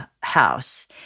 House